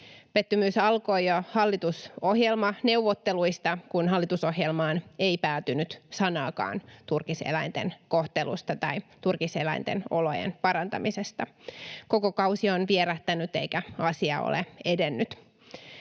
Pettymys alkoi jo hallitusohjelmaneuvotteluista, kun hallitusohjelmaan ei päätynyt sanaakaan turkiseläinten kohtelusta tai turkiseläinten olojen parantamisesta. Koko kausi on vierähtänyt, eikä asia ole edennyt.